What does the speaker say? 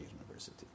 University